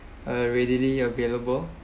uh readily available